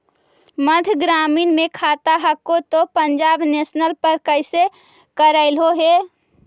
मध्य ग्रामीण मे खाता हको तौ पंजाब नेशनल पर कैसे करैलहो हे?